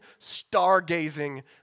stargazing